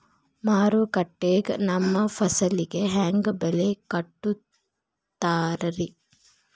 ಮಾರುಕಟ್ಟೆ ಗ ನಮ್ಮ ಫಸಲಿಗೆ ಹೆಂಗ್ ಬೆಲೆ ಕಟ್ಟುತ್ತಾರ ರಿ?